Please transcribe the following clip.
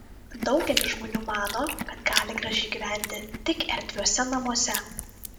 daugelis žmonių mano kad gali gražiai gyventi tik erdviuose namuose